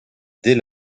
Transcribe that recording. dès